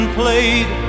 played